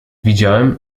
widziałem